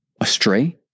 astray